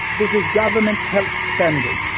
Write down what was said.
this is government health spending,